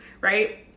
Right